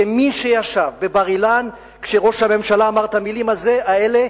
כמי שישב בבר-אילן כשראש הממשלה אמר את המלים האלה,